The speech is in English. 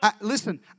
Listen